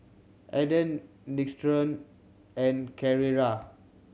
Aden Nixoderm and Carrera